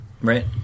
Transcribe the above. Right